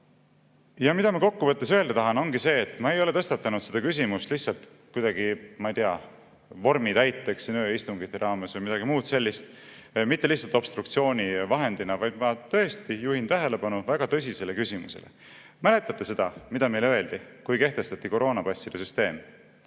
mida ma kokku võttes öelda tahan, ongi see, et ma ei ole tõstatanud seda küsimust lihtsalt kuidagi, ma ei tea, vormi täiteks siin ööistungite raames või midagi muud sellist, mitte lihtsalt obstruktsioonivahendina, vaid ma tõesti juhin tähelepanu väga tõsisele küsimusele. Mäletate seda, mida meile öeldi, kui kehtestati koroonapasside süsteem?